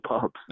pubs